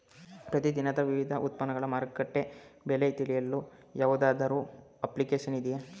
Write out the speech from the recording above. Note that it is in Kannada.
ಪ್ರತಿ ದಿನದ ವಿವಿಧ ಉತ್ಪನ್ನಗಳ ಮಾರುಕಟ್ಟೆ ಬೆಲೆ ತಿಳಿಯಲು ಯಾವುದಾದರು ಅಪ್ಲಿಕೇಶನ್ ಇದೆಯೇ?